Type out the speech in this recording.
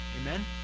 Amen